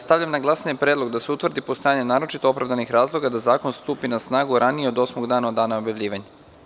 Stavljam na glasanje predlog da se utvrdi postojanje naročito opravdanih razloga da zakon stupi na snagu ranije od osmog dana od dana objavljivanja.